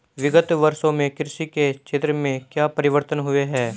विगत वर्षों में कृषि के क्षेत्र में क्या परिवर्तन हुए हैं?